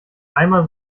einmal